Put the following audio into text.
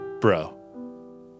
Bro